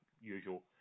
usual